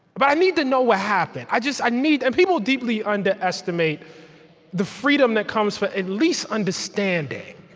but i need to know what happened. i just i need and people deeply underestimate the freedom that comes from at least understanding.